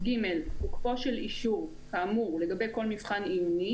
"(ג) תוקפו של אישור כאמור לגבי כל מבחן עיוני